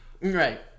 Right